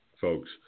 folks